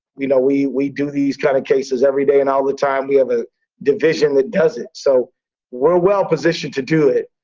you know, we we do these kind of cases every day and all of the time. we have a division that does it. so we're well-positioned to do it,